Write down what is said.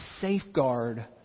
safeguard